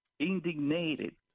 indignated